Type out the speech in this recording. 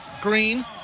Green